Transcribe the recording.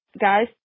guys